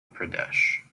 pradesh